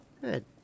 Good